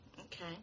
Okay